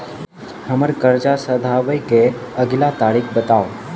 हम्मर कर्जा सधाबई केँ अगिला तारीख बताऊ?